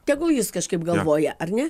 tegul jis kažkaip galvoja ar ne